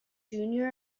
junior